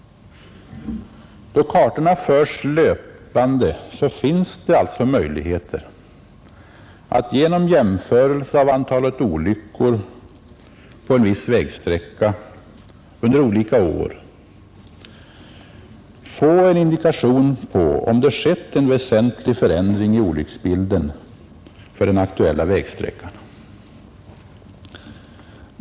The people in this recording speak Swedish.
Då kartorna förs löpande finns det alltså möjligheter att genom jämförelser av antalet olyckshändelser på en viss vägsträcka under olika år, få en indikation på om det skett en väsentlig förändring i olycksbilden för den aktuella vägsträckan.